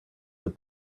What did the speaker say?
that